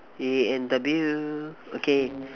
A N W okay